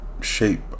shape